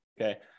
okay